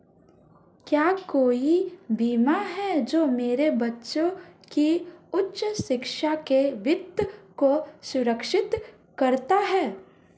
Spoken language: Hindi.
क्या कोई बीमा है जो मेरे बच्चों की उच्च शिक्षा के वित्त को सुरक्षित करता है?